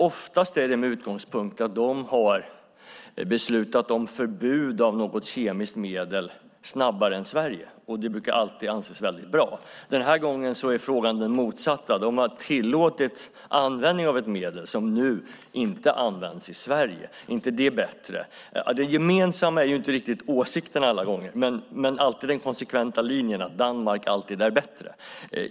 Oftast är det med utgångspunkten att de har beslutat om förbud mot något kemiskt medel snabbare än Sverige. Det brukar alltid anses väldigt bra. Den här gången är frågan den motsatta: De har tillåtit användning av ett medel som nu inte används i Sverige - är inte det bättre? Det gemensamma är inte alla gånger åsikterna, men den konsekventa linjen är att Danmark alltid är bättre.